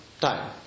time